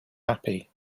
happy